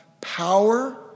power